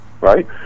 right